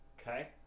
Okay